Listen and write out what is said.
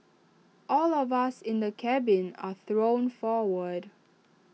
all of us in the cabin are thrown forward